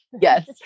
yes